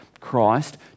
Christ